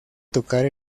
tocar